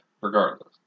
regardless